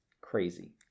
Crazy